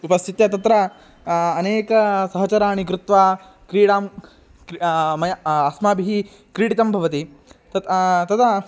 उपस्थाय तत्र अनेकसहचराणि कृत्वा क्रीडां क् मया अस्माभिः क्रीडितं भवति तत् तदा